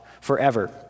forever